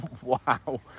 Wow